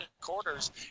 quarters